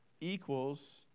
equals